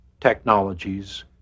technologies